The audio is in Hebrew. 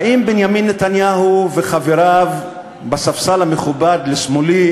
האם בנימין נתניהו וחבריו בספסל המכובד לשמאלי